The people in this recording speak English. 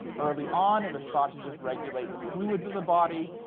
early on, it was thought to just regulate the fluids of the body.